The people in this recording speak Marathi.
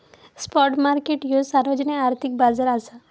स्पॉट मार्केट ह्यो सार्वजनिक आर्थिक बाजार असा